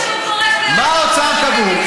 מה באוצר קבעו?